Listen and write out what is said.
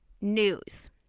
news